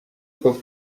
papa